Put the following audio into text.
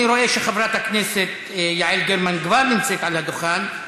אני רואה שחברת הכנסת יעל גרמן כבר נמצאת על הדוכן,